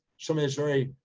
somebody whose very,